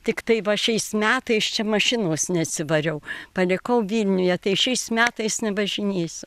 tiktai va šiais metais čia mašinos neatsivariau palikau vilniuje tai šiais metais nevažinėsiu